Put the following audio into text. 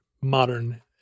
modern